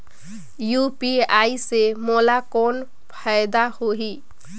UPI से मोला कौन फायदा होही?